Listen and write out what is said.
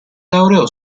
laureò